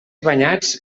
banyats